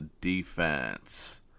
defense